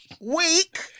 week